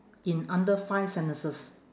in under five sentences